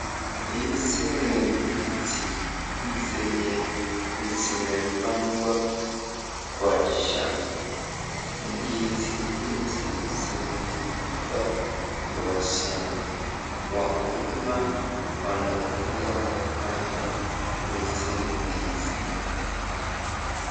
Hizi ni ndizi zenye zimepandwa kwa shamba. Ndizi hizi zimeifaa kwa shamba, wakulima wanapenda kupanda hizi ndizi .